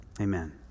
amen